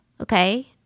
Okay